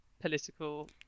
political